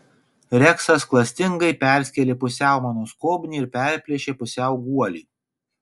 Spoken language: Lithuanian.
reksas klastingai perskėlė pusiau mano skobnį ir perplėšė pusiau guolį